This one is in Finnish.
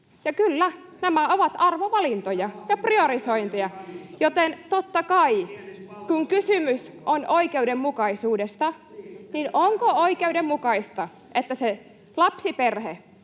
Ja kyllä, nämä ovat arvovalintoja ja priorisointeja, [Ben Zyskowiczin välihuutoja] joten totta kai kun kysymys on oikeudenmukaisuudesta, niin onko oikeudenmukaista, että se lapsiperhe,